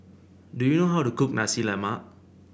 do you know how to cook Nasi Lemak